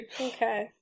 Okay